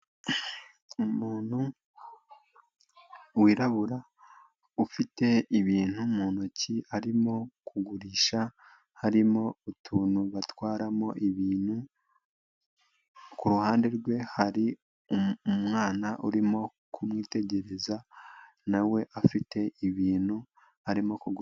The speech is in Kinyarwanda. Umuntu wirabura ufite ibintu mu ntoki arimo kugurisha, harimo utuntu batwaramo ibintu, ku ruhande rwe hari umwana urimo kumwitegereza nawe afite ibintu arimo kugu.